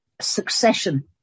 Succession